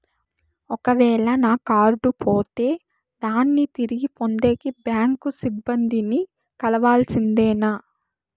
ఒక వేల నా కార్డు పోతే దాన్ని తిరిగి పొందేకి, బ్యాంకు సిబ్బంది ని కలవాల్సిందేనా?